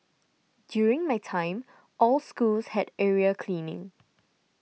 during my time all schools had area cleaning